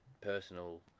personal